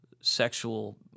sexual